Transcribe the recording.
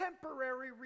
temporary